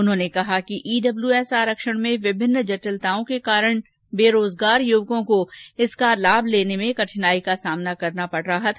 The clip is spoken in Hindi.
उन्होंने कहा कि ईडब्ल्यूएस आरक्षण में विभिन्न जटिलताओं के कारण बेरोजगार युवाओं को इसका लाभ लेने में कठिनाई का सामना करना पड़ रहा था